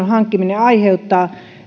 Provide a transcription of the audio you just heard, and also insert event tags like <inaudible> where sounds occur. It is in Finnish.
<unintelligible> hankkiminen aiheuttaa